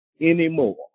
anymore